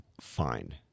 fine